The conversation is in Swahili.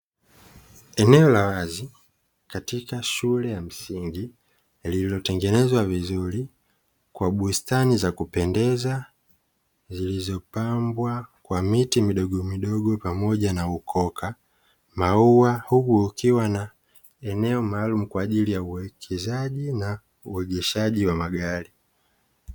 Eneo la wazi katika shule ya msingi lililotengenezwa vizuri kwa bustani za kupendeza, zilizopambwa kwa miti midogomidogo pamoja na ukoka, maua huku kukiwa na eneo maalumu kwa ajili ya uwekezaji na uegeshaji wa magari.